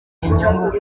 inyungu